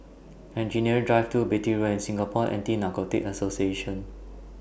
Engineering Drive two Beatty Road and Singapore Anti Narcotics Association